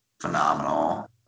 phenomenal